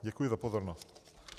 Děkuji za pozornost.